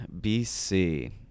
BC